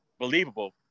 believable